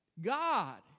God